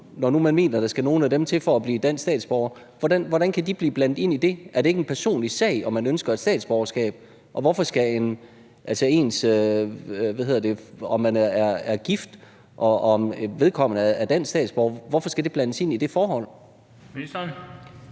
når nu nogle mener, at der skal nogle af dem til for at blive dansk statsborger? Hvordan kan det blive blandet ind i det? Er det ikke en personlig sag, om man ønsker et statsborgerskab, og hvorfor skal det, at man er gift, og at vedkommende er dansk statsborger, blandes ind i det forhold? Kl.